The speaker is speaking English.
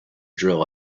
drill